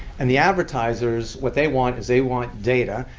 and the advertisers, what they want is they want data,